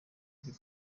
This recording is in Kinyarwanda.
by’u